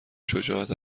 شجاعت